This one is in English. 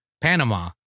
Panama